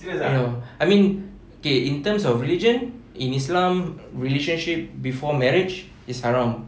ya I mean okay in terms of religion in islam relationship before marriage is haram